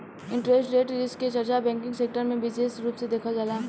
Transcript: interest rate risk के चर्चा banking sector में बिसेस रूप से देखल जाला